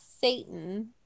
Satan